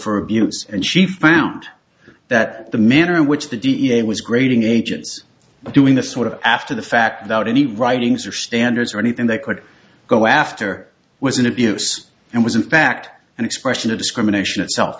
for abuse and she found that the manner in which the da was grading ages doing the sort of after the fact that any writings or standards or anything they could go after was an abuse and was in fact an expression of discrimination itself